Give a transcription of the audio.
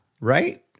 right